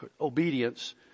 obedience